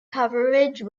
coverage